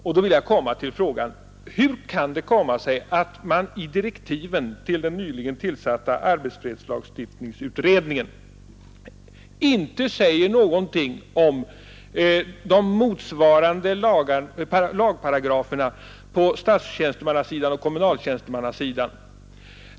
Och jag vill då komma till frågan: Hur kan det komma sig att man i direktiven till den nyligen tillsatta utredningen om arbetsfredslagstiftningen inte säger någonting om de motsvarande lagparagraferna på statstjänstemannaoch kommunaltjänstemannasidan?